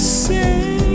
say